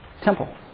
temple